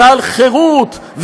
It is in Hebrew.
ועל חירות,